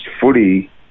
footy